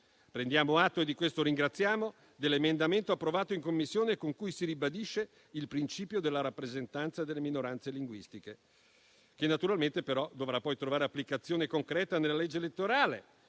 Prendiamo atto e ringraziamo dell'emendamento approvato in Commissione, con cui si ribadisce il principio della rappresentanza delle minoranze linguistiche, che naturalmente, però, dovrà trovare applicazione concreta nella legge elettorale.